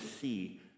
see